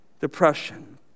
depression